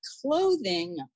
clothing